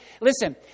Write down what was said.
Listen